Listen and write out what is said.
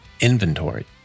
inventory